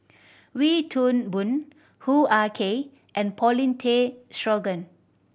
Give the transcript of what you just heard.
Wee Toon Boon Hoo Ah Kay and Paulin Tay Straughan